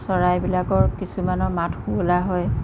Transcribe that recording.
চৰাইবিলাকৰ কিছুমানৰ মাত শুৱলা হয়